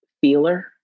feeler